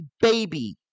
baby